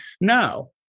no